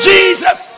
Jesus